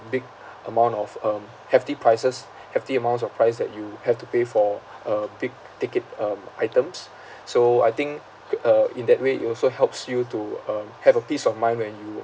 big amount of um hefty prices hefty amounts of price that you have to pay for a big ticket um items so I think uh in that way it also helps you to uh have a peace of mind when you